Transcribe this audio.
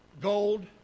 gold